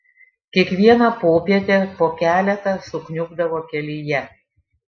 kiekvieną popietę po keletą sukniubdavo kelyje